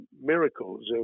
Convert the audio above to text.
miracles